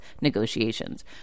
negotiations